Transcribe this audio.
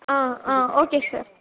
ஆ ஆ okay sir